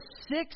six